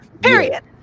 period